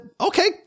Okay